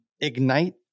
ignite